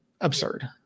absurd